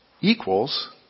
equals